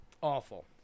Awful